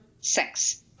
sex